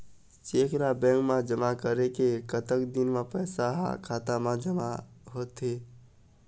Cheque ला bank मा जमा करे के कतक दिन मा पैसा हा खाता मा जमा होथे थे?